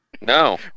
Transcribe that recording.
No